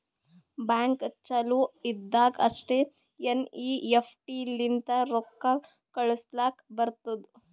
bank ಚಾಲು ಇದ್ದಾಗ್ ಅಷ್ಟೇ ಎನ್.ಈ.ಎಫ್.ಟಿ ಲಿಂತ ರೊಕ್ಕಾ ಕಳುಸ್ಲಾಕ್ ಬರ್ತುದ್